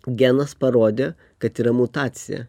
genas parodė kad yra mutacija